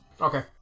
Okay